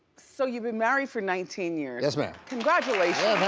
so you've been married for nineteen years. yes, ma'am. congratulations.